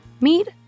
Meet